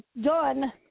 done